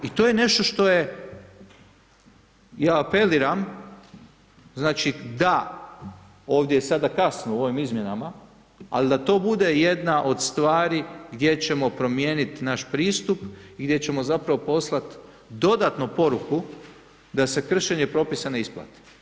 I to je nešto što je, ja apeliram znači da, ovdje je sada kasno u ovim izmjenama, ali da to bude jedna od stvari gdje ćemo promijenit naš pristup i gdje ćemo zapravo poslat dodatno poruku da se kršenje propisa ne isplati.